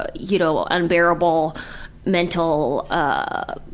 ah you know, unbearable mental, ah,